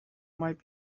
might